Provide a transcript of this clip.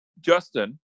Justin